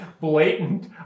blatant